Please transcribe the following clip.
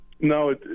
no